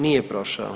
Nije prošao.